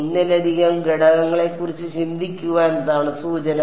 ഒന്നിലധികം ഘടകങ്ങളെക്കുറിച്ച് ചിന്തിക്കുക എന്നതാണ് സൂചന